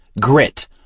grit